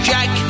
Jack